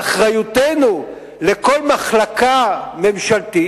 ואחריותנו לכל רשות מקומית